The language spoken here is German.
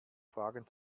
fragen